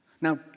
Now